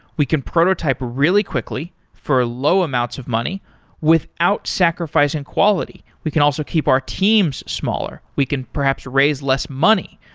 we can prototype really quickly for low amounts of money without sacrificing quality. we can also keep our teams smaller. we can perhaps raise less money.